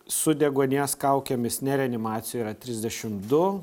su deguonies kaukėmis ne reanimacijoje trisdešim du